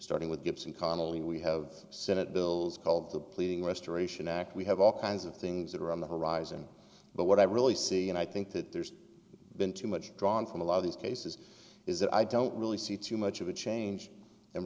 starting with gibson connelly we have senate bills called the pleading restoration act we have all kinds of things that are on the horizon but what i really see and i think that there's been too much drawn from a lot of these cases is that i don't really see too much of a change in